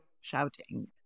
Shouting